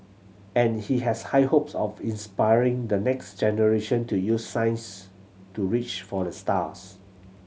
and he has high hopes of inspiring the next generation to use science to reach for the stars